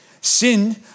Sin